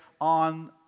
on